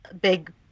big